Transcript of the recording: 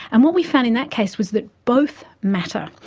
and what we found in that case was that both matter.